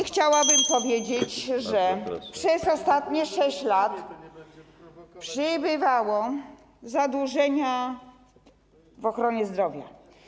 Chciałabym powiedzieć, że przez ostatnie 6 lat powiększało się zadłużenie w ochronie zdrowia.